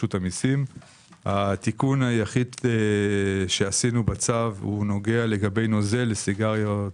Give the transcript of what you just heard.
התיקון היחיד שעשינו בצו נוגע לנוזל של סיגריות